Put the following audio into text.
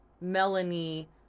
Melanie